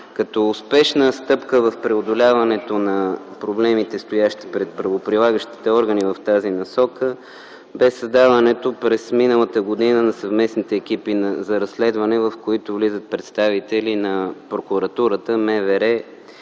Като успешна стъпка в преодоляването на проблемите, стоящи пред правоприлагащите органи в тази насока, бе създаването през миналата година на съвместните екипи за разследване, в които влизат представители на прокуратурата, МВР